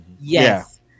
Yes